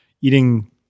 eating